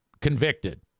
convicted